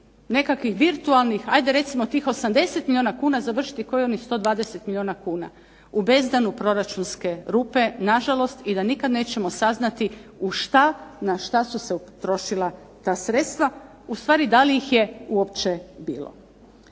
nekakvih virtualnih ajde recimo tih 80 milijuna kuna završiti kao i onih 120 milijuna kuna, u bezdanu proračunske rupe, nažalost i da nikada nećemo saznata u šta i na šta su se utrošila ta sredstva, ustvari da li ih je uopće bilo.